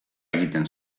egiten